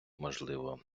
можливо